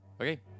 Okay